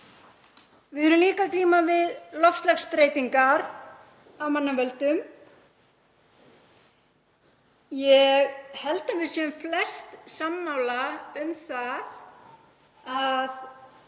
Við erum líka að glíma við loftslagsbreytingar af mannavöldum. Ég held að við séum flest sammála um það að